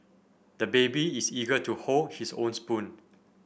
the baby is eager to hold his own spoon